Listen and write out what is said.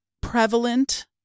prevalent